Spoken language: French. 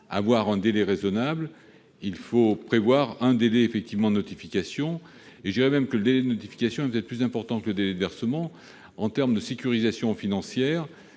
que le délai soit raisonnable, il faut prévoir un délai de notification. Je dirais même que le délai de notification est peut-être plus important que le délai de versement, pour la sécurisation financière